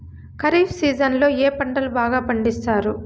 ఖరీఫ్ సీజన్లలో ఏ పంటలు బాగా పండిస్తారు